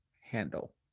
handle